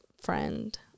friend